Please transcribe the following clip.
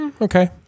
Okay